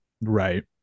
Right